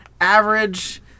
average